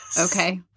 Okay